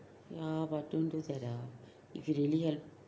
ya but don't do that ah if you really need help